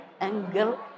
angle